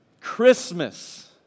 Christmas